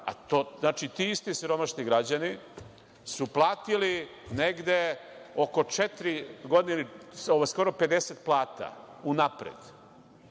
to su ti isti siromašni građani, su platili negde oko četiri godine skoro 50 plata, unapred.